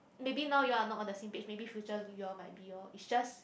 maybe now you all are not on the same page maybe future you all might be lor it's just